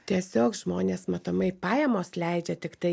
tiesiog žmonės matomai pajamos leidžia tiktai